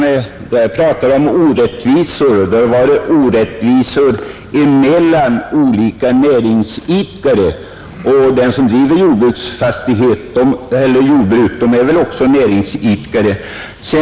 Då jag talade om orättvisor gällde det orättvisor mellan olika näringsidkare, och den som driver jordbruk är väl också näringsidkare.